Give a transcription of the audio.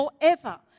forever